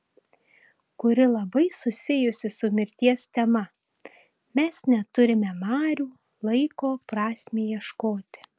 kuri labai susijusi su mirties tema mes neturime marių laiko prasmei ieškoti